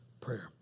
prayer